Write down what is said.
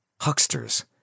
Hucksters